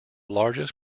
largest